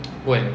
go and